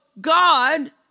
God